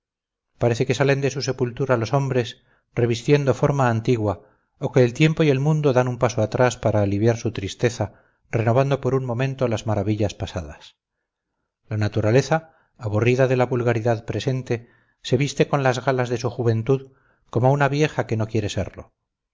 parece que salen de su sepultura los hombres revistiendo forma antigua o que el tiempo y el mundo dan un paso atrás para aliviar su tristeza renovando por un momento las maravillas pasadas la naturaleza aburrida de la vulgaridad presente se viste con las galas de su juventud como una vieja que no quiere serlo